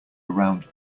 around